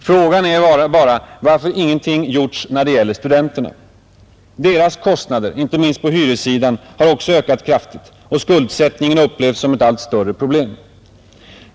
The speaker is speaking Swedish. Frågan är bara varför ingenting gjorts när det gäller studenterna. Deras kostnader — inte minst på hyressidan — har också ökat kraftigt, och skuldsättningen upplevs som ett allt större problem.